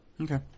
Okay